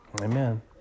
Amen